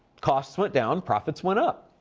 costs went down, profits went up.